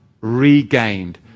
regained